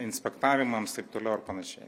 inspektavimams taip toliau ir panašiai